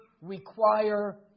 require